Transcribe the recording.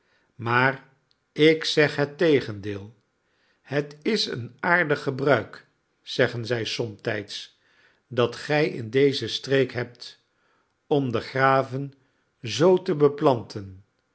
maar ik zeg het tegendeel het is een aardig gebruik zeggen zij somtijds dat gij in deze streek hebt om de graven zoo te beplanten